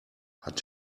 hat